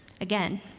again